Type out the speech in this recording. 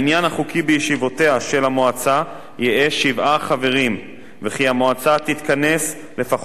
של המועצה יהא שבעה חברים וכי המועצה תתכנס לפחות ארבע פעמים בשנה.